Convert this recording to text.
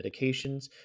medications